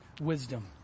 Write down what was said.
wisdom